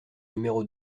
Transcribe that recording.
numéro